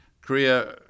Korea